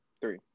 Three